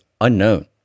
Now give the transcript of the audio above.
unknown